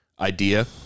idea